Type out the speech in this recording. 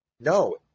no